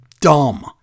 dumb